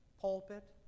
pulpit